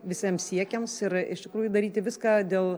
visiems siekiams ir iš tikrųjų daryti viską dėl